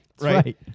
right